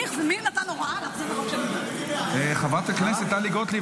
מי נתן הוראה --- חברת הכנסת טלי גוטליב,